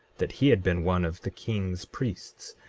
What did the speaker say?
that he had been one of the king's priests,